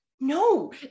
No